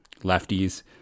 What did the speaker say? lefties